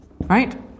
right